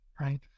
right